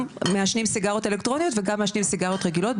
גם מעשנים סיגריות אלקטרוניות וגם מעשנים סיגריות רגילות,